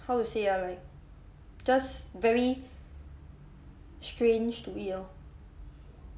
how to say ah like just very strange to it lor